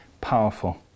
powerful